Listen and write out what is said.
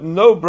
no